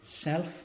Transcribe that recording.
self